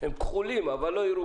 הם כחולים, אבל לא ירוקים.